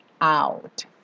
out